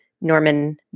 Norman